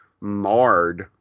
marred